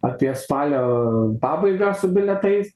apie spalio pabaigą su bilietais